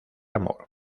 amor